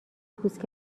پوست